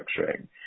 structuring